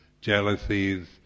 jealousies